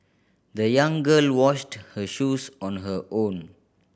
the young girl washed her shoes on her own